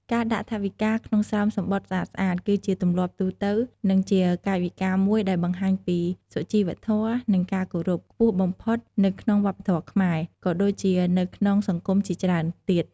ការដាក់ថវិកាក្នុង ស្រោមសំបុត្រស្អាតៗ គឺជា ទម្លាប់ទូទៅ និងជាកាយវិការមួយដែលបង្ហាញពី សុជីវធម៌ និងការគោរព ខ្ពស់បំផុតនៅក្នុងវប្បធម៌ខ្មែរ ក៏ដូចជានៅក្នុងសង្គមជាច្រើនទៀត។